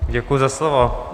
Děkuji za slovo.